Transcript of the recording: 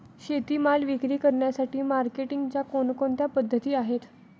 शेतीमाल विक्री करण्यासाठी मार्केटिंगच्या कोणकोणत्या पद्धती आहेत?